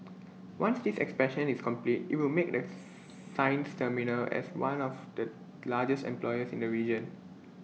once this expansion is complete IT will make the Sines terminal as one of the largest employers in the region